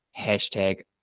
hashtag